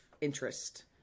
interest